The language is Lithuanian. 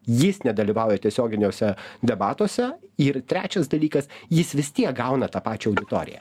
jis nedalyvauja tiesioginiuose debatuose ir trečias dalykas jis vis tiek gauna tą pačią auditoriją